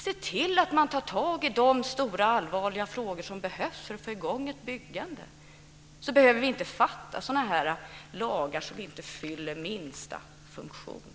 Se till att ta tag i de stora frågorna, så att vi får i gång ett byggande. Då behöver vi inte fatta beslut om lagar som inte fyller minsta funktion.